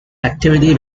activity